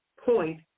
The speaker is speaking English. Point